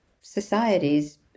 societies